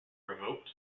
revoked